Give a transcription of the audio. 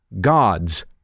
God's